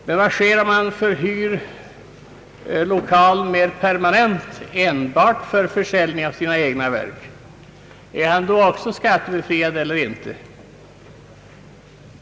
Men vad sker om han förhyr lokalen mera permanent, enbart för försäljning av Ang. mervärdeskatt sina egna verk? Är han då också skattebefriad eller inte?